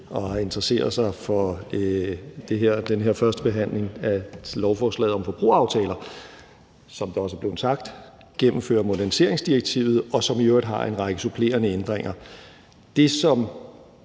har interesseret sig for den her førstebehandling af lovforslaget om forbrugeraftaler, der, som det også er blevet sagt, gennemfører moderniseringsdirektivet, og som i øvrigt indeholder en række supplerende ændringer. Det, som